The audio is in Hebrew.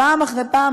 פעם אחרי פעם,